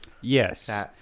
Yes